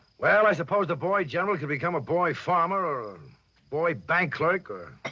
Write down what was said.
well, i suppose the boy general should become. a boy farmer or boy bank clerk, or.